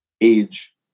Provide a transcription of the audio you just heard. age